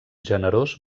generós